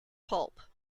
pulp